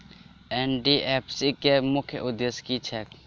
NDFSC केँ मुख्य उद्देश्य की छैक?